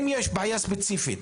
אם יש בעיה ספציפית,